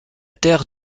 terre